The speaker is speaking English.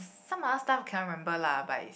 some other stuff I cannot remember lah but is